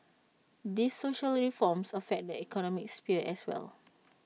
these social reforms affect the economic sphere as well